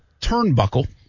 turnbuckle